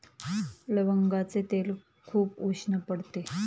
लवंगाचे तेल खूप उष्ण पडते